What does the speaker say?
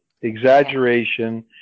exaggeration